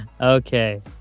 Okay